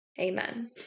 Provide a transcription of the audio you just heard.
Amen